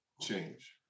change